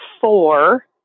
four